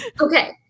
Okay